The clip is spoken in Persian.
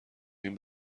این